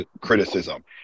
criticism